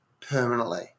permanently